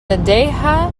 لديها